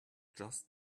just